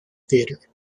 theatre